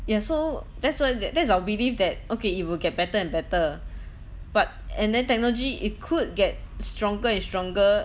ya so that's what that that's our belief that okay it will get better and better but and then technology it could get stronger and stronger